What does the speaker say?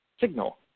signal